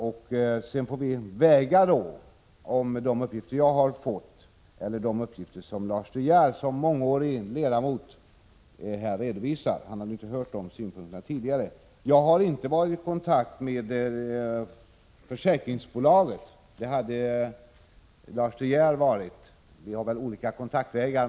Vi får väl då mot varandra väga de uppgifter jag har fått och de uppgifter som Lars De Geer, som mångårig ledamot av ÖEF, har redovisat; han hade inte hört de synpunkterna tidigare. Jag har inte varit i kontakt med försäkringsbolaget — det hade däremot Lars De Geer. Vi har möjligen olika kontaktvägar.